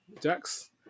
Jax